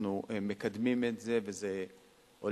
אנחנו מקדמים את זה וזה הולך,